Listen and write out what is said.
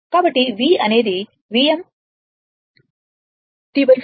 కాబట్టి v అనేది Vm T4 T